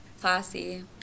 classy